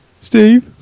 steve